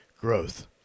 growth